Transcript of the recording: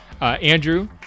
Andrew